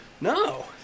no